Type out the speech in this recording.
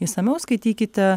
išsamiau skaitykite